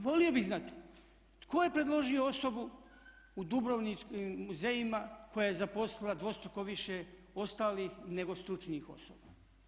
Volio bi znati tko je predložio osobu u dubrovačkim muzejima koja je zaposlila dvostruko više ostalih nego stručnih osoba?